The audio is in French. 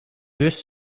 russe